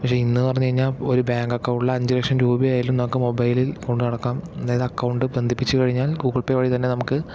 പക്ഷേ ഇന്ന് പറഞ്ഞുകഴിഞ്ഞാൽ ഒരുബാങ്ക് അക്കൌണ്ടിൽ അഞ്ചുലക്ഷം രൂപയായാലും നമുക്ക് മൊബൈലിൽ കൊണ്ടു നടക്കാം അതായത് അക്കൌണ്ട് ബന്ധിപിച്ച് കഴിഞ്ഞാൽ ഗൂഗിൾ പേ വഴി തന്നേ നമുക്ക്